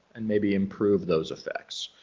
and maybe improve those effects.